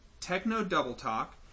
techno-double-talk